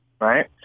right